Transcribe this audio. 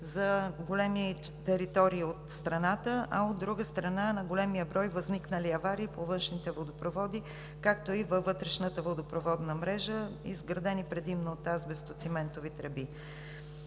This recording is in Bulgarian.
за големи територии от страната, а от друга страна, на големия брой възникнали аварии по външните водопроводи, както и във вътрешната водопроводна мрежа, изградени предимно от азбестоциментови тръби.